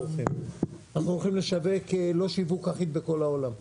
אנחנו הולכים לשווק לא שיווק אחיד בכל העולם.